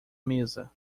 mesa